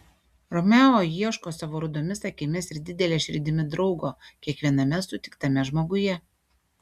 romeo ieško savo rudomis akimis ir didele širdimi draugo kiekviename sutiktame žmoguje